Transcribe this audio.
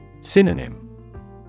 Synonym